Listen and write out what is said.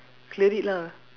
clear it lah